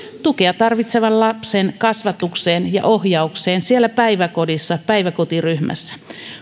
tukea tarvitsevan lapsen kasvatukseen ja ohjaukseen siellä päiväkodissa päiväkotiryhmässä